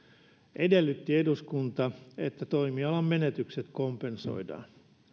edellytti eduskunta että toimialan menetykset kompensoidaan